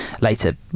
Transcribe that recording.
later